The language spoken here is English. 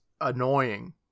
annoying